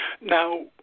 Now